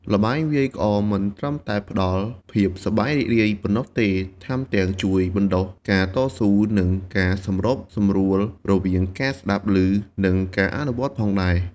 ល្បែងវាយក្អមមិនត្រឹមតែផ្ដល់ភាពសប្បាយរីករាយប៉ុណ្ណោះទេ ថែមទាំងជួយបណ្ដុះការតស៊ូ និងការសម្របសម្រួលរវាងការស្ដាប់ឮ និងការអនុវត្តផងដែរ។